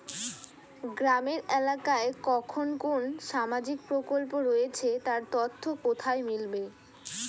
গ্রামের এলাকায় কখন কোন সামাজিক প্রকল্প রয়েছে তার তথ্য কোথায় মিলবে?